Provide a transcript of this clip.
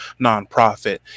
nonprofit